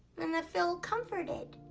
and feel comforted.